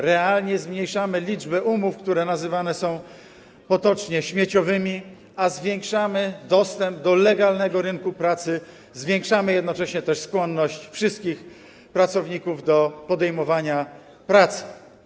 Realnie zmniejszamy liczbę umów, które nazywane są potocznie śmieciowymi, a zwiększamy dostęp do legalnego rynku pracy, zwiększamy jednocześnie też skłonność wszystkich pracowników do podejmowania pracy.